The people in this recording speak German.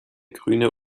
grüne